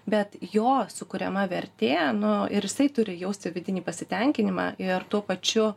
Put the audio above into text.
bet jo sukuriama vertė nu ir jisai turi jausti vidinį pasitenkinimą ir tuo pačiu